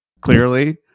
clearly